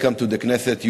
Welcome to the Knesset,